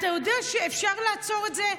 אתה יודע שאפשר לעצור את זה.